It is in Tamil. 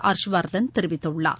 ஹர்ஷ்வர்தன் தெரிவித்துள்ளார்